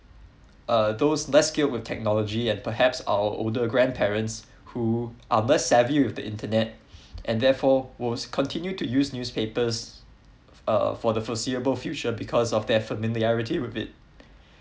uh those less skilled with technology and perhaps our older grandparents who are less savvy with the internet and therefore will continue to use newspapers uh for the foreseeable future because their familiarity with it